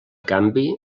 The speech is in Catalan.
canvi